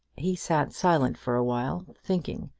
he sat silent for awhile, thinking,